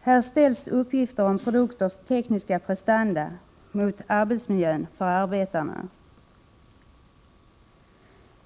Här ställs uppgifter om produkters tekniska prestanda mot kravet på en tillfredsställande arbetsmiljö för arbetarna.